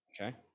okay